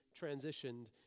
transitioned